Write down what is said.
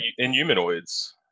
inhumanoids